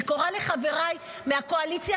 אני קוראת לחבריי מהקואליציה,